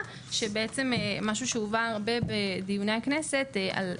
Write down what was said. גם צריך להגיד שמשהו שהובא הרבה בדיוני הכנסת הוא בעצם